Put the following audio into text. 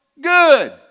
good